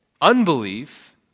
unbelief